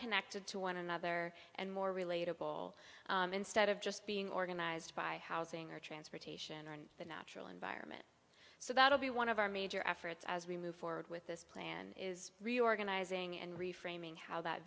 connected to one another and more relatable instead of just being organized by housing or transportation or in the natural environment so that will be one of our major efforts as we move forward with this plan is reorganizing and reframing how that